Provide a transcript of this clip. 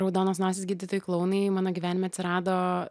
raudonos nosys gydytojai klounai mano gyvenime atsirado